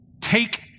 take